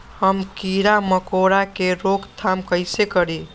हम किरा मकोरा के रोक थाम कईसे करी?